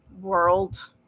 world